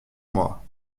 moi